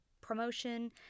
promotion